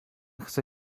chce